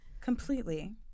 Completely